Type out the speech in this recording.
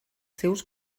seus